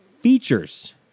features